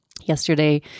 Yesterday